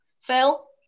Phil